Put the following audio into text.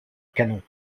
canon